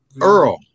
Earl